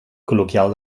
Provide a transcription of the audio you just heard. col·loquial